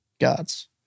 gods